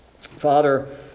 Father